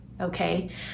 Okay